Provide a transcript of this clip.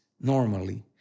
normally